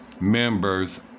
members